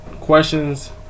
questions